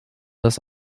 dass